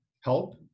help